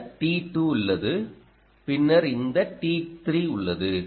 இந்த t 2 உள்ளது பின்னர் இந்த t3 உள்ளது